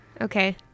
Okay